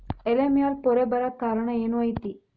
ಎಲೆ ಮ್ಯಾಲ್ ಪೊರೆ ಬರಾಕ್ ಕಾರಣ ಏನು ಐತಿ?